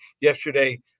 yesterday